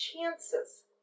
chances